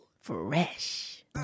Fresh